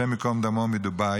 השם ייקום דמו, מדובאי,